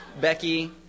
Becky